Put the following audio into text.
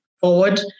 forward